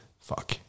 fuck